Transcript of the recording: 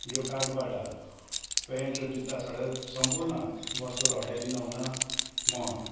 यो कार्टबाट प्यान्ट र जुत्ता छोडेर सम्पूर्ण वस्तुहरू हटाइदिनु हुन म